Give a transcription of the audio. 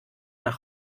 nach